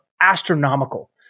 astronomical